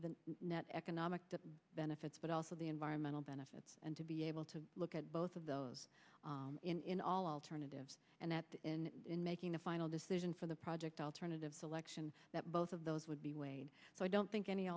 the net economic benefits but also the environmental benefits and to be able to look at both of those in all alternatives and at the end in making a final decision for the project alternative selection that both of those would be weighed so i don't think any